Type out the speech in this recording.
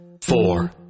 four